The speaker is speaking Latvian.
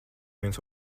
viens